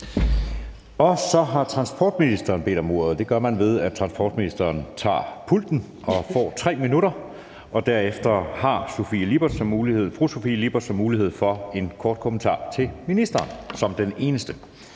Så har transportministeren bedt om ordet. Det gøres, ved at transportministeren tager pulten og får 3 minutter, og derefter har fru Sofie Lippert så mulighed for en kort bemærkning til ministeren som den eneste.